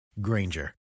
Granger